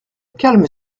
calme